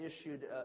issued